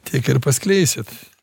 tiek ir paskleisit